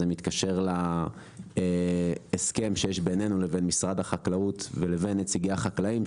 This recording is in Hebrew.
זה מתקשר להסכם שיש בינינו לבין משרד החקלאות לבין נציגי החקלאים,